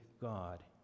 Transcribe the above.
God